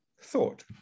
thought